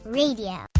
radio